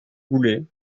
goulet